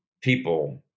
people